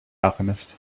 alchemist